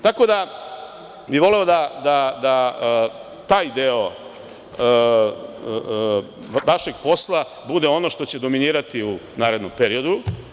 Tako da bih voleo da taj deo vašeg posla bude ono što će dominirati u narednom periodu.